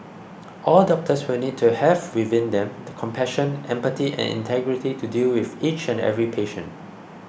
all doctors will need to have within them the compassion empathy and integrity to deal with each and every patient